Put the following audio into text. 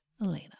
Elena